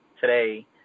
today